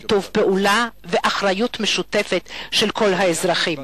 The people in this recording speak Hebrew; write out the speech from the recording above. שיתוף פעולה ואחריות משותפת של כל האזרחים.